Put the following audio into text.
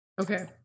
Okay